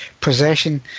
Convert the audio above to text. possession